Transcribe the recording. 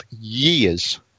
years